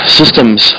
systems